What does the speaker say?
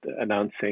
announcing